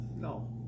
No